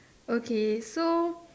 okay so